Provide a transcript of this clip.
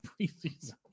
preseason